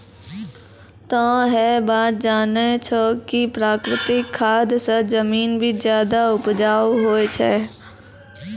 तोह है बात जानै छौ कि प्राकृतिक खाद स जमीन भी ज्यादा उपजाऊ होय छै